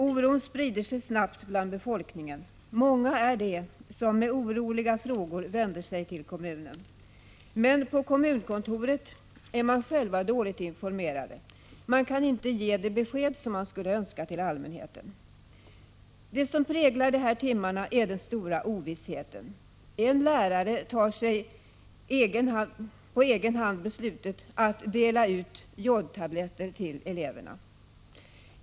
Oron sprider sig snabbt bland befolkningen. Många är de som med oroliga frågor vänder sig till kommunen. Men på kommunkontoret är de själva dåligt informerade. Man kan inte ge de besked man skulle önska till allmänheten. Det som präglar de här timmarna är den stora ovissheten. En lärare tar på egen hand beslutet att dela ut jodtabletter till eleverna.